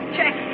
Check